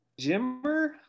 Jimmer